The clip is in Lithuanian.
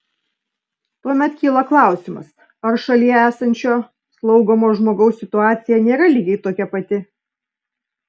tuomet kyla klausimas ar šalie esančio slaugomo žmogaus situacija nėra lygiai tokia pati